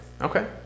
Okay